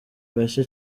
gashya